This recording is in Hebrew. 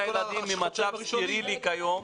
ממצב סטרילי כיום.